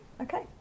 Okay